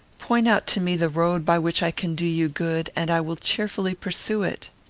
point out to me the road by which i can do you good, and i will cheerfully pursue it.